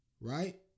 Right